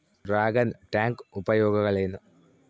Dragon tank ಉಪಯೋಗಗಳೇನು?